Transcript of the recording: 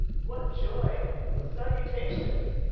what joy! what salutations!